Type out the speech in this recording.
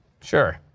sure